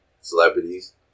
celebrities